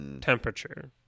temperature